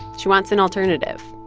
she wants an alternative.